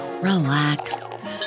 relax